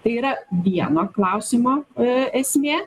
tai yra vieno klausimo esmė